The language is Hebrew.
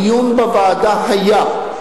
הדיון בוועדה היה.